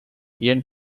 ian